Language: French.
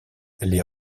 les